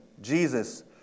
Jesus